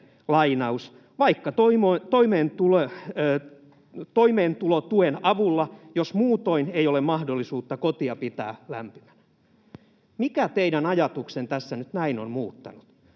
”Vaikka toimeentulotuen avulla, jos muutoin ei ole mahdollisuutta kotia pitää lämpimänä.” Mikä teidän ajatuksenne tässä nyt näin on muuttanut,